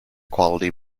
quality